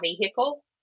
vehicle